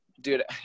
dude